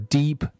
deep